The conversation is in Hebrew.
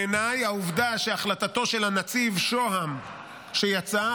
בעיניי העובדה שהחלטתו של הנציב שהם שיצא,